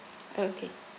oh okay